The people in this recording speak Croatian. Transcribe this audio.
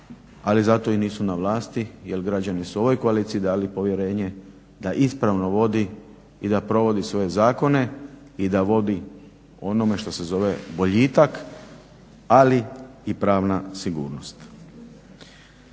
ali zato i nisu na vlasti jel građani su ovoj koaliciji dali povjerenje da ispravno vodi i da provodi svoje zakone i da vodi onome što se zove boljitak ali i pravna sigurnost.